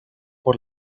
por